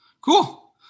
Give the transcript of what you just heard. Cool